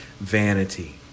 vanity